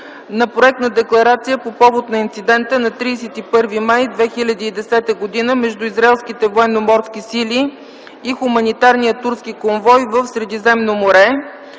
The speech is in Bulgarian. на проект на Декларация по повод на инцидента на 31 май 2010 г. между израелските военноморски сили и хуманитарния турски конвой в Средиземно море